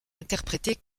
interprétés